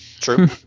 True